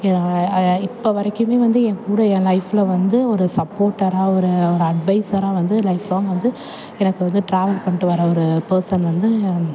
இப்போ வரைக்குமே வந்து ஏன் கூட ஏன் லைஃப்பில் வந்து ஒரு சப்போட்டராக ஒரு ஒரு அட்வைஸராக வந்து லைஃப் லாங் வந்து எனக்கு வந்து ட்ராவல் பண்ணிகிட்டு வர்ற ஒரு பர்சன் வந்து